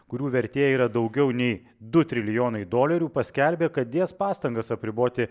kurių vertė yra daugiau nei du trilijonai dolerių paskelbė kad dės pastangas apriboti